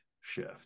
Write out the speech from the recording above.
shift